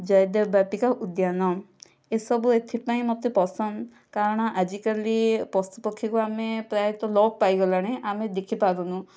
ଜୟଦେବ ବାଟିକା ଉଦ୍ୟାନ ଏସବୁ ଏଥିପାଇଁ ମୋତେ ପସନ୍ଦ କାରଣ ଆଜିକାଲି ପଶୁପକ୍ଷୀଙ୍କୁ ଆମେ ପ୍ରାୟତଃ ଲୋପ ପାଇଗଲାଣି ଆମେ ଦେଖିପାରୁନୁ